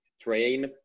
train